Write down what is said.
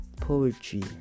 poetry